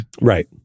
Right